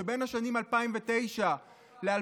שבין 2009 ל-2019,